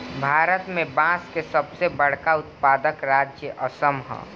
भारत में बांस के सबसे बड़का उत्पादक राज्य असम ह